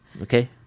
Okay